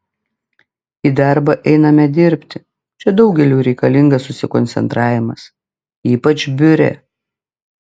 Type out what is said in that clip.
į darbą einame dirbti čia daugeliui reikalingas susikoncentravimas ypač biure